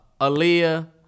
Aaliyah